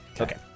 Okay